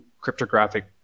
cryptographic